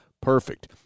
perfect